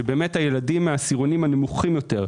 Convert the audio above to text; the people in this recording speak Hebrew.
שהילדים מהעשירונים הנמוכים יותר,